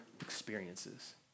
experiences